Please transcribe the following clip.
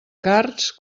cards